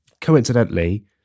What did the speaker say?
Coincidentally